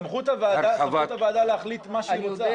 סמכות הוועדה להחליט מה שהיא רוצה.